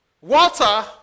Water